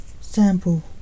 Sample